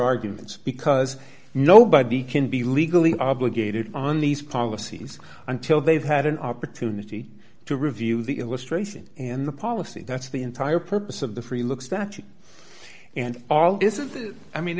arguments because nobody can be legally obligated on these policies until they've had an opportunity to review the illustration and the policy that's the entire purpose of the free look statute and all this is i mean